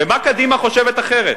במה קדימה חושבת אחרת?